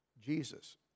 Jesus